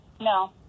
No